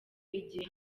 igihe